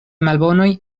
malbonoj